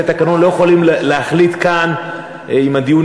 אנחנו לא יכולים להחליט כאן אם הדיון